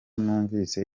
numvise